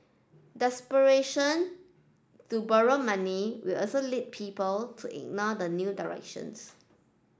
desperation to borrow money will also lead people to ignore the new directions